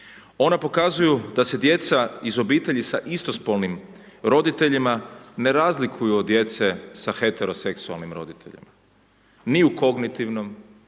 Ona pokazuju da se djeca iz obitelji sa istospolnim roditeljima ne razliku od djece sa heteroseksualnim roditeljima, ni u kognitivnom,